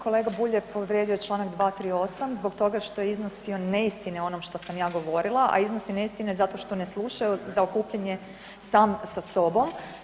Kolega Bulj je povrijedio Članak 238., zbog toga što je iznosio neistine o onom što sam ja govorila, a iznosi neistine zato što ne sluša, evo zaokupljen je sam sa sobom.